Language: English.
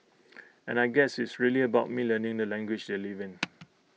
and I guess it's really about me learning the language they live in